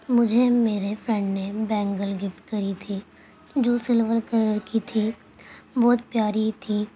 مجھے میرے فرینڈ نے بینگل گفٹ کری تھی جو سلور کلر کی تھی بہت پیاری تھی